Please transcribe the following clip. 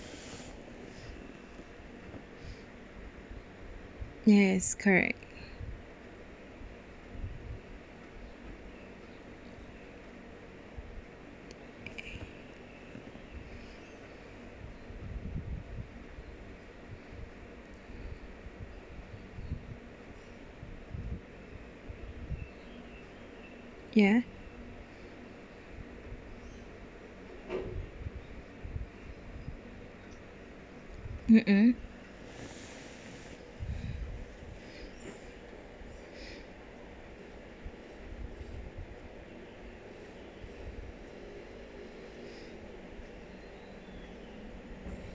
yes correct ya uh